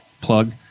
plug